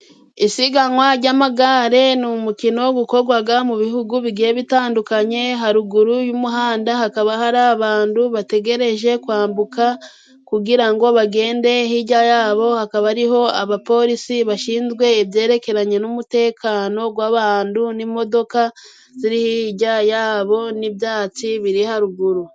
Isiganwa ry'amagare ni umukino ukorwa mu bihugu igiye bitandukanye. Haruguru y'umuhanda hakaba hari abantu bategereje kwambuka kugirango bagende. Hirya yabo hakaba hariho abapolisi bashinzwe ibyerekeranye n'umutekano w'abantu n'imodoka ziri hirya yabo n'ibyatsi biri haruguru.